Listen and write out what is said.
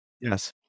Yes